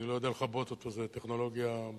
אני לא יודע לכבות אותו, זאת טכנולוגיה בעייתית.